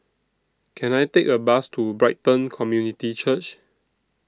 Can I Take A Bus to Brighton Community Church